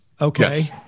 Okay